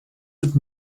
would